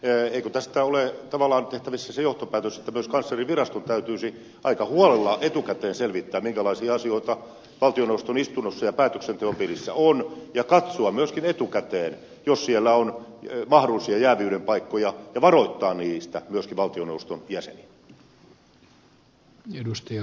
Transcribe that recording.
eikö tästä ole tavallaan tehtävissä se johtopäätös että myös kanslerin viraston täytyisi aika huolella etukäteen selvittää minkälaisia asioita valtioneuvoston istunnossa ja päätöksenteon piirissä on ja katsoa myöskin etukäteen jos siellä on mahdollisia jääviyden paikkoja ja varoittaa niistä myöskin valtioneuvoston jäseniä